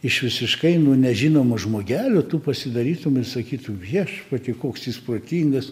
iš visiškai nu nežinomo žmogelio tu pasidarytum ir sakytų viešpatie koks jis protingas